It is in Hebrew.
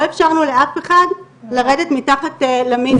לא אפשרנו לאף אחד לרדת מתחת למינימום.